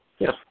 Yes